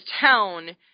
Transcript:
town